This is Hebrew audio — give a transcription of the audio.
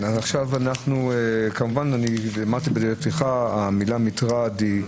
דיברתי בדברי הפתיחה על המילה מטרד.